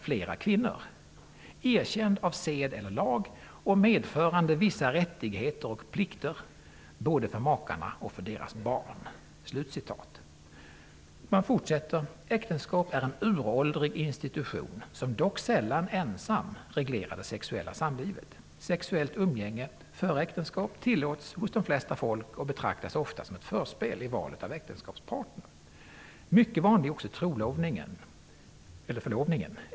flera kvinnor, erkänd av sed el. lag och medförande vissa rättigheter och plikter både för makarna och för deras barn'. Ä. är en uråldrig institution, som dock sällan ensam reglerat det sexuella samlivet. Sexuellt umgänge före Ä. tillåts hos de flesta folk och betraktas ofta som ett förspel i valet av äktenskapspartner. Mycket vanlig är också förlovningen el. trolovningen.